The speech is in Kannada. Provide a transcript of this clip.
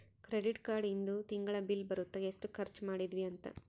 ಕ್ರೆಡಿಟ್ ಕಾರ್ಡ್ ಇಂದು ತಿಂಗಳ ಬಿಲ್ ಬರುತ್ತ ಎಸ್ಟ ಖರ್ಚ ಮದಿದ್ವಿ ಅಂತ